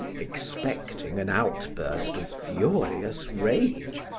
expecting an outburst of furious rage,